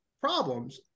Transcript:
problems